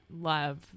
love